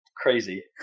Crazy